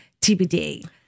tbd